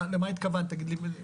למה התכוונת תגידי לי?